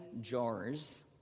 jars